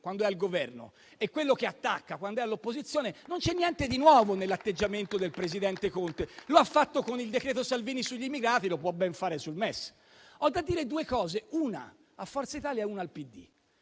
quando è al Governo a quello che attacca quando è all'opposizione: non c'è niente di nuovo nell'atteggiamento del presidente Conte. Lo ha fatto con il decreto Salvini sugli immigrati. Lo può ben fare sul MES. Ho da dire due cose, una a Forza Italia e una al PD.